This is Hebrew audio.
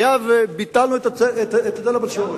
היה וביטלנו את היטל הבצורת.